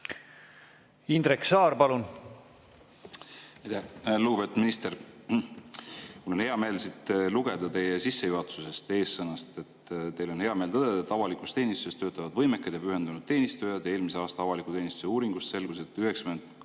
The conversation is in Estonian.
Indrek Saar, palun! Lugupeetud minister! Mul on hea meel lugeda teie sissejuhatusest, eessõnast, et teil on hea meel tõdeda, et avalikus teenistuses töötavad võimekad ja pühendunud teenistujad. Eelmise aasta avaliku teenistuse uuringust selgus, et 90%